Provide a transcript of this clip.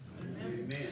Amen